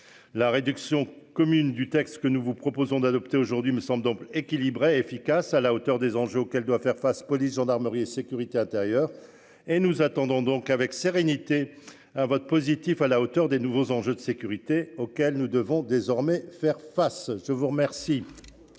La réduction commune du texte que nous vous proposons d'adopter aujourd'hui me semble équilibrée, efficace à la hauteur des enjeux auxquels doit faire face, police, gendarmerie et sécurité intérieure et nous attendons donc avec sérénité. Un vote positif à la hauteur des nouveaux enjeux de sécurité auxquelles nous devons désormais faire face. Je vous remercie.